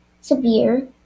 severe